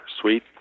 Sweet